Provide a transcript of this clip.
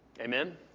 Amen